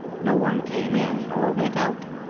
no one came in or went out.